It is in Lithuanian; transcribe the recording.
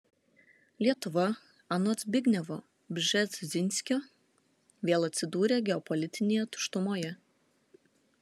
lietuva anot zbignevo bžezinskio vėl atsidūrė geopolitinėje tuštumoje